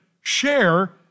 share